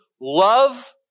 Love